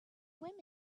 women